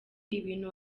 ibintu